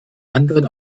anderen